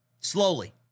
Slowly